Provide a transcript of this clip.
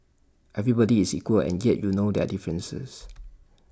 everybody is equal and yet you know their differences